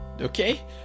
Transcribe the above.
okay